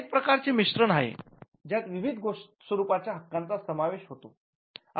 हे एक प्रकारचे मिश्रण आहे ज्यात विविध स्वरूपाच्या हक्कांचा समावेश होतो